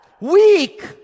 weak